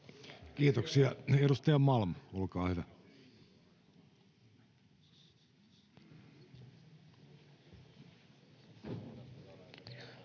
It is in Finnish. Kiitoksia. — Edustaja Malm, olkaa hyvä.